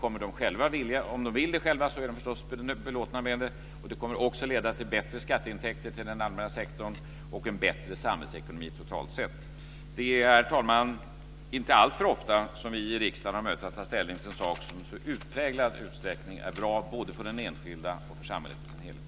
Om de vill det själva är de förstås belåtna med det. Det kommer också att leda till bättre skatteintäkter för den allmänna sektorn och en bättre samhällsekonomi totalt sett. Det är, herr talman, inte alltför ofta som vi i riksdagen har möjlighet att ta ställning till en sak som i så utpräglad utsträckning är bra både för den enskilda och för samhället i dess helhet.